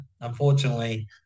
unfortunately